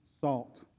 salt